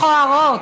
מכוערות,